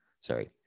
sorry